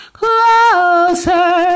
closer